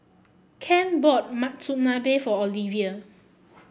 Kent bought Monsunabe for Olevia